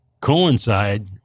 coincide